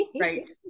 right